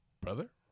Brother